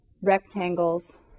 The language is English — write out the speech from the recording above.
rectangles